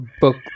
book